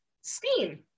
steam